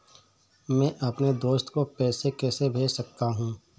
मैं अपने दोस्त को पैसे कैसे भेज सकता हूँ?